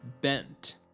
Bent